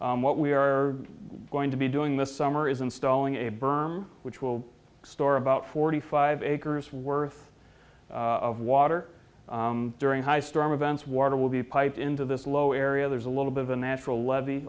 what we are going to be doing this summer is installing a berm which will store about forty five acres worth of water during high storm events water will be piped into this low area there's a little bit of a natural lev